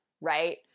right